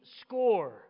score